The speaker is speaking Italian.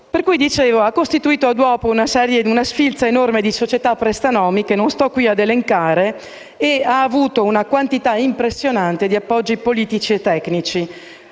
Dicevo che ha costituito all'uopo una sfilza enorme di società prestanomi, che non sto qui ad elencare, e ha avuto una quantità impressionante di appoggi politici e tecnici.